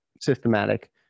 systematic